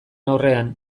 aurrean